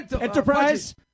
Enterprise